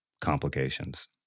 complications